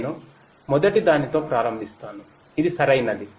నేను మొదటిదానితో ప్రారంభిస్తాను ఇది సరైనది